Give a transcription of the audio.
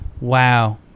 wow